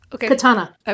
Katana